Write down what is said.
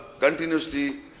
continuously